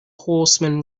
horseman